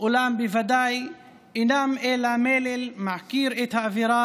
בוודאי אינם אלא מלל שמעכיר את האווירה